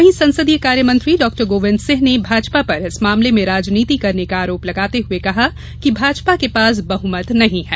वहीं संसदीय कार्य मंत्री डॉ गोविंद सिंह ने भाजपा पर इस मामले में राजनीति करने का आरोप लगाते हुए कहा कि भाजपा के पास बहमत नहीं है